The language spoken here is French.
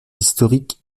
historique